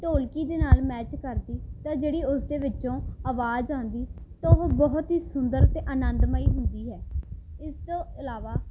ਢੋਲਕੀ ਦੇ ਨਾਲ ਮੈਚ ਕਰਦੀ ਤਾਂ ਜਿਹੜੀ ਉਸ ਦੇ ਵਿੱਚੋਂ ਆਵਾਜ਼ ਆਉਂਦੀ ਤਾਂ ਉਹ ਬਹੁਤ ਹੀ ਸੁੰਦਰ ਅਤੇ ਆਨੰਦਮਈ ਹੁੰਦੀ ਹੈ ਇਸ ਤੋਂ ਇਲਾਵਾ